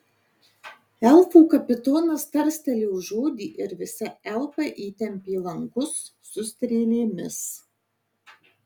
elfų kapitonas tarstelėjo žodį ir visi elfai įtempė lankus su strėlėmis